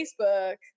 Facebook